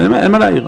אין לי מה להעיר.